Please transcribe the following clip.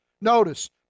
Notice